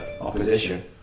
opposition